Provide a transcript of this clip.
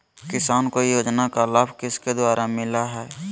किसान को योजना का लाभ किसके द्वारा मिलाया है?